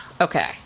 Okay